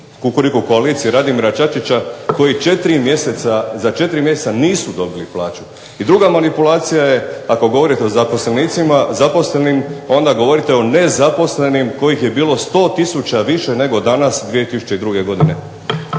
"kukuriku koalicije" Radimira Čačića koji za 4 mjeseca nisu dobili plaću. I druga manipulacija je, ako govorite o zaposlenicima, zaposlenim onda govorite o nezaposlenim kojih je bilo 100 tisuća više nego danas 2002. godine.